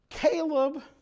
Caleb